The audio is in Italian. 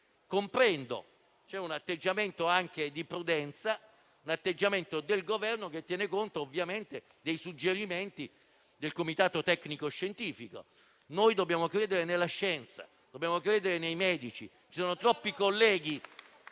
c'è anche un atteggiamento di prudenza. L'atteggiamento del Governo tiene conto, ovviamente, dei suggerimenti del Comitato tecnico scientifico. Noi dobbiamo credere nella scienza; dobbiamo credere nei medici. Sono troppi i colleghi,